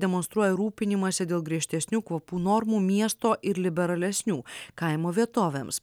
demonstruoja rūpinimąsi dėl griežtesnių kvapų normų miesto ir liberalesnių kaimo vietovėms